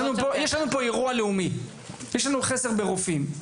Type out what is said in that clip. יש לנו פה אירוע לאומי של מחסור ברופאים.